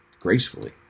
gracefully